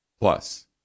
Plus